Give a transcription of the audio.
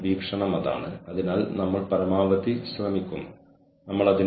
പക്ഷേ മനുഷ്യവിഭവശേഷി തന്ത്രം എന്തിനെ ആശ്രയിച്ചിരിക്കുന്നു എന്ന് ഞാൻ നിങ്ങളോട് പറയാം